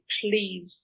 please